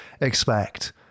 expect